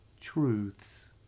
truths